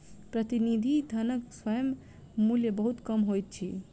प्रतिनिधि धनक स्वयं मूल्य बहुत कम होइत अछि